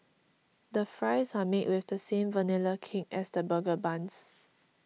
the fries are made with the same Vanilla Cake as the burger buns